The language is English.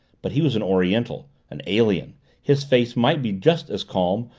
but he was an oriental an alien his face might be just as calm,